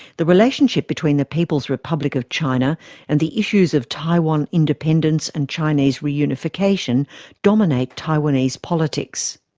the relationship between the people's republic of china and the issues of taiwan independence and chinese reunification dominate taiwanese politics.